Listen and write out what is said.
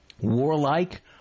warlike